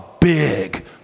big